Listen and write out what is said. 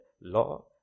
Law